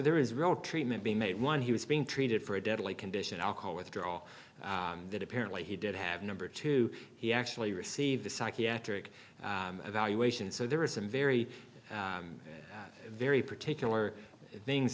there is treatment being made one he was being treated for a deadly condition alcohol withdrawal that apparently he did have number two he actually received a psychiatric evaluation so there is a very very particular things